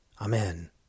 Amen